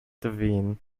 devine